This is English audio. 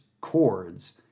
chords